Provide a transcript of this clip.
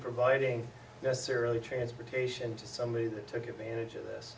providing necessarily transportation to somebody that took advantage of this